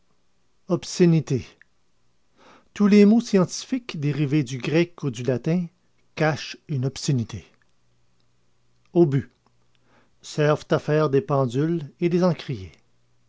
obscénité tous les mots scientifiques dérivés du grec ou du latin cachent une obscénité obus servent à faire des pendules et des encriers